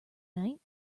night